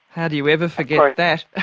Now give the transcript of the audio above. how do you ever forget like that?